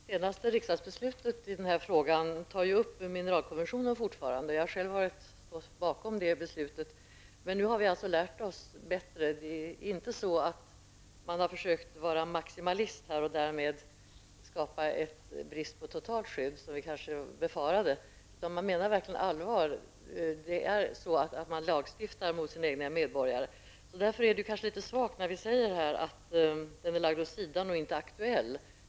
Herr talman! I det senaste riksdagsbeslutet i den här frågan tas mineralkonventionen upp. Jag har själv ställt mig bakom det beslutet, men nu har vi alltså lärt oss bättre. Det är inte så att man har försökt vara maximalist och att man därmed har skapat en brist på totalt skydd, vilket vi kanske befarade, utan man menar verkligen allvar. Man lagstiftar mot sina egna medborgare. Det är av den anledningen kanske litet svagt att säga att mineralkonventionen är lagd åt sidan och inte aktuell.